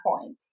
point